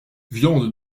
viande